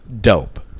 dope